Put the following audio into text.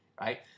Right